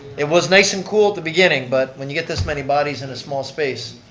it was nice and cool at the beginning, but when you get this many bodies in a small space,